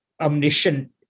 omniscient